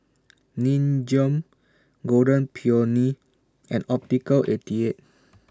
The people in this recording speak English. Nin Jiom Golden Peony and Optical eighty eight